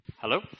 Hello